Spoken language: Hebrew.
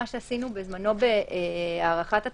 מה שעשינו בזמנו בהארכת התקש"ח,